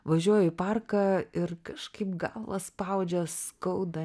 važiuoju į parką ir kažkaip galvą spaudžia skauda